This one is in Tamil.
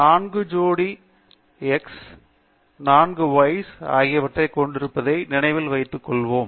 நான்கு ஜோடி 4 x மற்றும் 4 y ஆகியவற்றைக் கொண்டிருப்பதை நினைவில் வைத்துக் கொள்வோம்